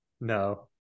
No